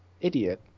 idiot